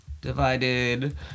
Divided